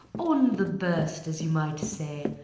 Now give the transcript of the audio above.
on the burst, as you might say,